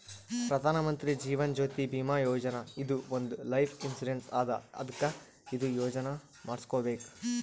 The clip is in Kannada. ಪ್ರಧಾನ್ ಮಂತ್ರಿ ಜೀವನ್ ಜ್ಯೋತಿ ಭೀಮಾ ಯೋಜನಾ ಇದು ಒಂದ್ ಲೈಫ್ ಇನ್ಸೂರೆನ್ಸ್ ಅದಾ ಅದ್ಕ ಇದು ಯೋಜನಾ ಮಾಡುಸ್ಕೊಬೇಕ್